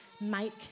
make